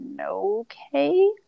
okay